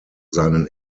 seinen